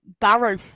Barrow